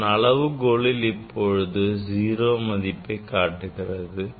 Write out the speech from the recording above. அதன் அளவுகோலில் இப்போது 0 மதிப்பை காட்டுகிறது